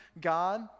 God